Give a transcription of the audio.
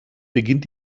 beginnt